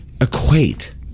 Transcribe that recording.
equate